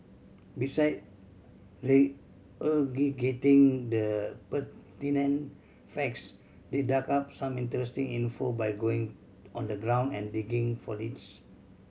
beside regurgitating the pertinent facts they dug up some interesting info by going on the ground and digging for leads